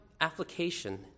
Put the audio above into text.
application